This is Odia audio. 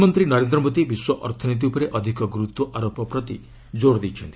ପ୍ରଧାନମନ୍ତ୍ରୀ ନରେନ୍ଦ୍ର ମୋଦୀ ବିଶ୍ୱ ଅର୍ଥନୀତି ଉପରେ ଅଧିକ ଗୁରୁତ୍ୱାରୋପ ପ୍ରତି ଜୋର୍ ଦେଇଛନ୍ତି